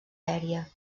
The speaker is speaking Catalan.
aèria